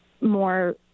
more